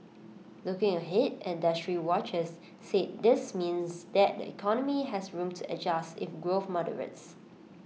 looking ahead industry watchers said this means that the economy has room to adjust if growth moderates